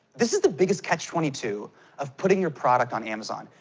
this is the biggest catch twenty two of putting your product on amazon.